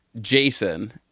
Jason